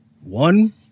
one